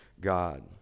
God